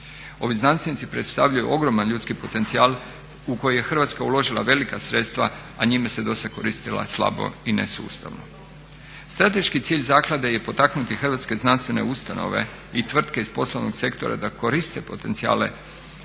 Ovi znanstvenici predstavljaju ogroman ljudski potencijal u koji je Hrvatska uložila velika sredstva, a njime se dosad koristila slabo i nesustavno. Strateški cilj zaklade je potaknuti hrvatske znanstvene ustanove i tvrtke iz poslovnog sektora da koriste potencijale